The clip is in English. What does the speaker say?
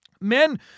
men